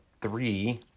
three